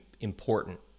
important